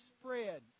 spread